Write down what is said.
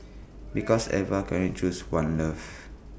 because Eva can only choose one love